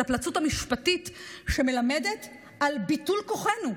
את הפלצות המשפטית שמלמדת על ביטול כוחנו.